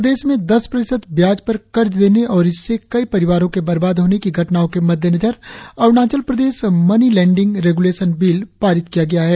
प्रदेश में दस प्रतिशत ब्याज पर कर्ज देने और इससे कई परिवारों के बर्बाद होने की घटनाओं के मद्देनजर Arunachal Pradesh money lending regulation bill पारित किया गया है